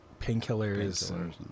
painkillers